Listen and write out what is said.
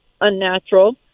unnatural